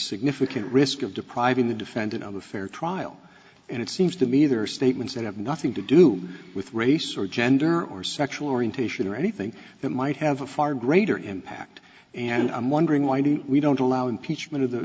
significant risk of depriving the defendant of a fair trial and it seems to me there are statements that have nothing to do with race or gender or sexual orientation or anything that might have a far greater impact and i'm wondering why do we don't allow impeachment of the